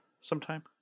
sometime